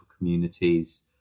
communities